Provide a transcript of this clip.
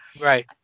right